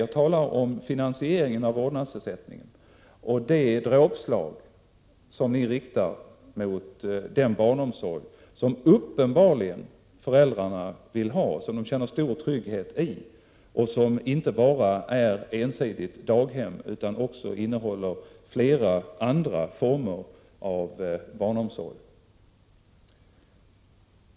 Jag talar om finansieringen av vårdnadsersättningen och om det dråpslag ni riktar mot den barnomsorg som föräldrarna uppenbarligen vill ha och som gör att de känner stor trygghet. Det är inte ensidigt fråga om daghem, utan förslaget upptar också flera andra former av barnomsorg.